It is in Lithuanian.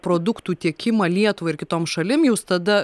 produktų tiekimą lietuvai ir kitom šalim jūs tada